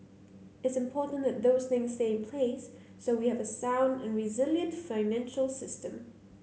it's important that those thing stay in place so we have a sound and resilient financial system